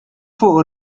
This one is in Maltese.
fuqu